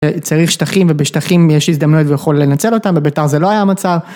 צריך שטחים ובשטחים יש הזדמנות ויכול לנצל אותם ובבית"ר זה לא היה המצב.